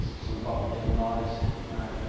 some type of demonized you know?